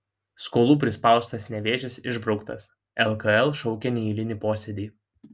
skolų prispaustas nevėžis išbrauktas lkl šaukia neeilinį posėdį